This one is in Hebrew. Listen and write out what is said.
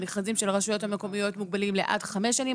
המכרזים של הרשויות המקומיות מוגבלים לעד חמש שנים.